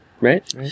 Right